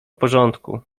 porządku